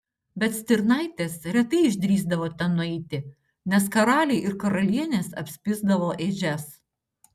bet stirnaitės retai išdrįsdavo ten nueiti nes karaliai ir karalienės apspisdavo ėdžias